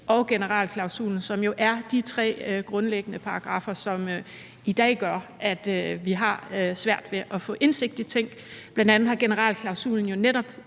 og generalklausulen, som jo er de tre grundlæggende paragraffer, som i dag gør, at vi har svært ved at få indsigt i ting? Bl.a. har generalklausulen jo netop